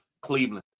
Cleveland